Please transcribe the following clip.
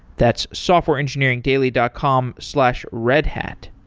that's softwareengineeringdaily dot com slash redhat.